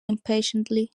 impatiently